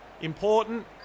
Important